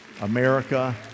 America